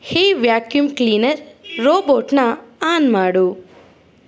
ಹೇ vacuum cleaner ರೋಬೋಟನ್ನ on ಮಾಡು